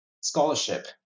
scholarship